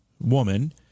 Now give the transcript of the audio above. woman